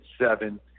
seven